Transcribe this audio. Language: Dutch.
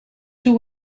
hoe